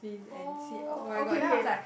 oh okay okay